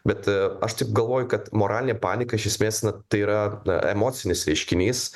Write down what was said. bet aš taip galvoju kad moralinė panika iš esmės tai yra emocinis reiškinys